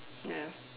ya